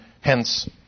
hence